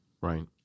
Right